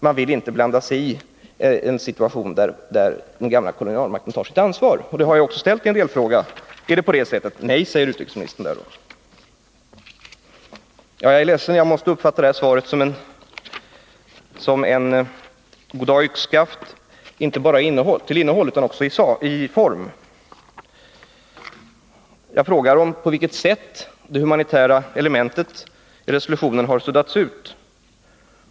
Man vill inte blanda sig i en situation där den gamla kolonialmakten tar sitt ansvar. Jag har också i en delfråga frågat: Är det på det sättet? — Nej, säger utrikesministern också på den punkten. Jag är ledsen, men jag måste uppfatta det här svaret som ett goddag-yxskaft inte bara till innehållet utan också i vad gäller formen. Jag frågar på vilket sätt det humanitära elementet i resolutionen har tunnats ut.